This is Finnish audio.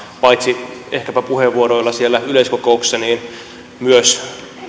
paitsi ehkäpä puheenvuoroilla siellä yleiskokouksessa myös